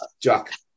Jack